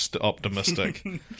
optimistic